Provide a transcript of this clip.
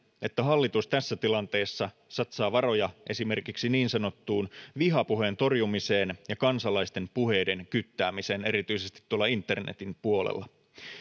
että hallitus tässä tilanteessa satsaa varoja esimerkiksi niin sanottuun vihapuheen torjumiseen ja kansalaisten puheiden kyttäämiseen erityisesti tuolla internetin puolella